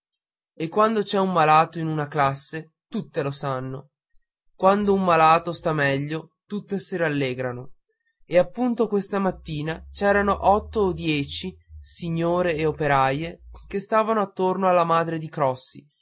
e quando c'è un malato in una classe tutte lo sanno quando un malato sta meglio tutte si rallegrano e appunto questa mattina c'erano otto o dieci signore e operai che stavano attorno alla madre di crossi